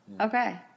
okay